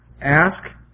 Ask